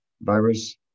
virus